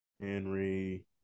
Henry